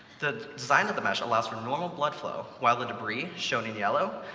the design of the mesh allows for normal blood flow, while the debris, shown in yellow,